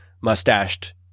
mustached